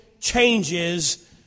changes